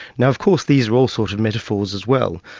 now of course these are all sort of metaphors as well.